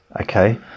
Okay